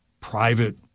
private